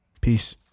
Peace